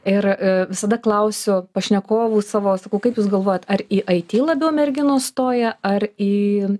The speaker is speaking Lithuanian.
ir visada klausiu pašnekovų savo sakau kaip jūs galvojat ar į it labiau merginos stoja ar į